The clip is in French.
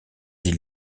îles